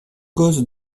cause